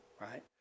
right